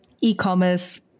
e-commerce